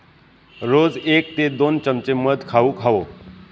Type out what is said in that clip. रोज एक ते दोन चमचे मध खाउक हवो